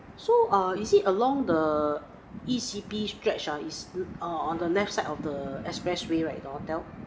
so uh is it along the E_C_P stretch ah is err on the left side of the expressway right the hotel